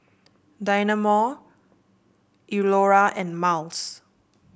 Dynamo Iora and Miles